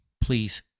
please